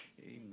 Amen